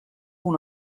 una